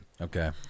Okay